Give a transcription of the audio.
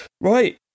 Right